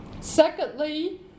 Secondly